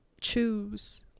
choose